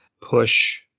push